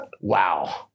Wow